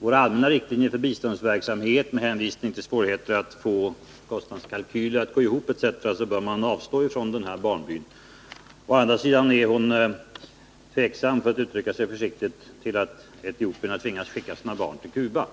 våra allmänna riktlinjer för biståndsverksamhet, med hänvisning till svårigheter att få kostnadskalkyler att gå ihop etc., att man bör avstå från att driva verksamheten i den här byn. Å andra sidan är hon tveksam, för att uttrycka sig försiktigt, inför att etiopierna tvingas skicka sina barn till Cuba.